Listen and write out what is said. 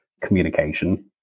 communication